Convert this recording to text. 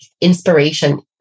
inspiration